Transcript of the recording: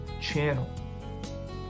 channel